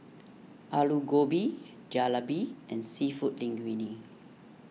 Alu Gobi Jalebi and Seafood Linguine